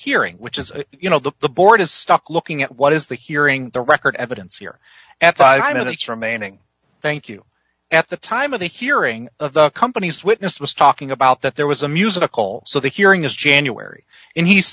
hearing which is you know that the board is stuck looking at what is the hearing the record evidence here at five minutes remaining thank you at the time of the hearing of the companies witness was talking about that there was a musical so the hearing is january and he's